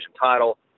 title